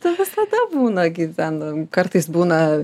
tai visada būna gi ten kartais būna